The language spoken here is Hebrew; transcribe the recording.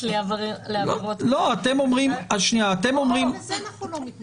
לעבירות ------ לזה אנחנו לא מתנגדים.